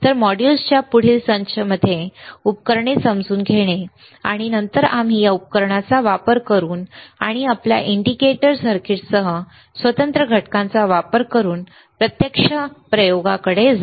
तर मॉड्यूल्सचा पुढील संच म्हणजे उपकरणे समजून घेणे आणि नंतर आम्ही या उपकरणाचा वापर करून आणि आपल्या इंडिकेटर सर्किटसह स्वतंत्र घटकांचा वापर करून प्रत्यक्ष प्रयोगांकडे जाऊ